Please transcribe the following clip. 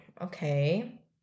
okay